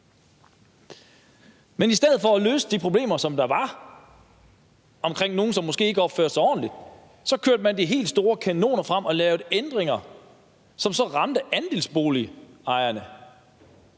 Men i stedet for at løse de problemer, som der var med nogle, som måske ikke opførte sig ordentligt, kørte man de helt store kanoner frem og lavede ændringer, som så ramte andelsbolighaverne.